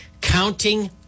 counting